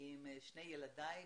עם שני ילדיי,